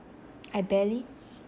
I barely